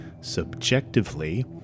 subjectively